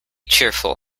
cheerful